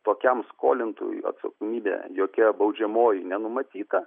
tokiam skolintojui atsakomybė jokia baudžiamoji nenumatyta